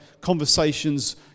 conversations